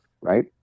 right